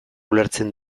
ulertzen